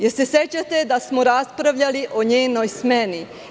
Da li se sećate da smo raspravljali o njenoj smeni?